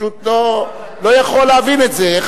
פשוט לא יכול להבין את זה, איך